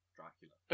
Dracula